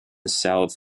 south